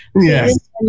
Yes